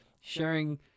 sharing